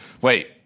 wait